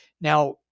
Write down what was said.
Now